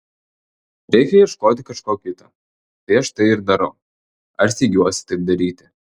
reikia ieškoti kažko kito tai aš tai ir darau ar steigiuosi taip daryti